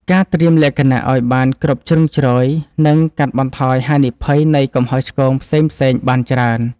ការត្រៀមលក្ខណៈឱ្យបានគ្រប់ជ្រុងជ្រោយនឹងកាត់បន្ថយហានិភ័យនៃកំហុសឆ្គងផ្សេងៗបានច្រើន។